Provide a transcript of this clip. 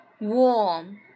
Warm